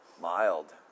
mild